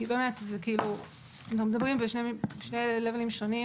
כי אנחנו מדברים בשתי רמות שונות,